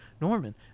Norman